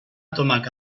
tomaca